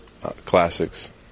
classics